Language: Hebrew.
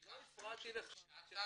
אני לא הפרעתי לך כשדיברת.